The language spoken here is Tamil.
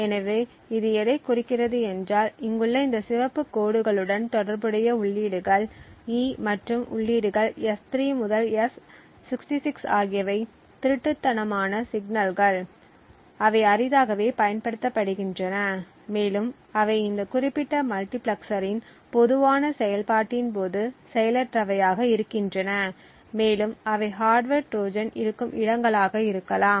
எனவே இது எதைக் குறிக்கிறது என்றால் இங்குள்ள இந்த சிவப்பு கோடுகளுடன் தொடர்புடைய உள்ளீடுகள் E மற்றும் உள்ளீடுகள் S3 முதல் S66 ஆகியவை திருட்டுத்தனமான சிக்னல்கள் அவை அரிதாகவே பயன்படுத்தப்படுகின்றன மேலும் அவை இந்த குறிப்பிட்ட மல்டிபிளெக்சரின் பொதுவான செயல்பாட்டின் போது செயலற்றவையாக இருக்கின்றன மேலும் அவை ஹார்ட்வர் ட்ரோஜன் இருக்கும் இடங்களாக இருக்கலாம்